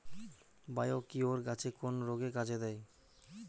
Biocure গাছের কোন রোগে কাজেদেয়?